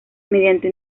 mediante